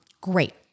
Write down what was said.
Great